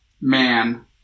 man